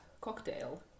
cocktail